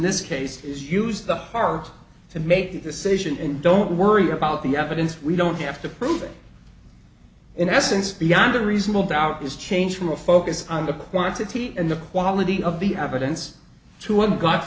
this case is used the heart to make decision and don't worry about the evidence we don't have to prove it in essence beyond a reasonable doubt is change from a focus on the quantity and the quality of the evidence to